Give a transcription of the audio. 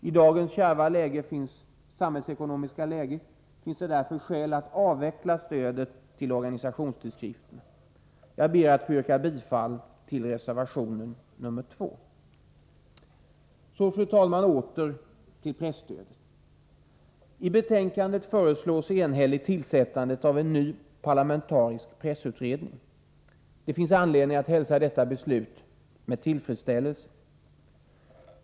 I dagens samhällsekonomiskt kärva läge finns det därför skäl att avveckla stödet till organisationstidskrifterna. Jag ber att få yrka bifall till reservation 2. Så, fru talman, åter till presstödet. I betänkandet föreslås enhälligt tillsättandet av en ny parlamentarisk pressutredning. Det finns anledning att hälsa detta med tillfredsställelse.